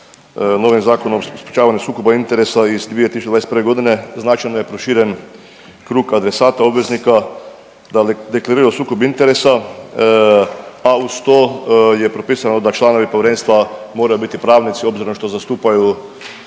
novim Zakonom o sprječavanju sukoba interesa iz 2021.g. značajno proširen krug adresata obveznika … sukob interesa, a uz to je propisano da članovi povjerenstva moraju biti pravnici obzirom što zastupaju